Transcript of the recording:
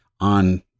on